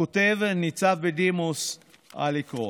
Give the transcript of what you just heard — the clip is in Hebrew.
הכותב, ניצב בדימוס אליק רון.